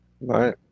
Right